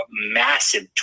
massive